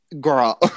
girl